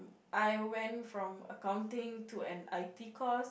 I went from accounting to an I_T course